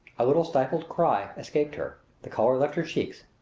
a little stifled cry escaped her the color left her cheeks.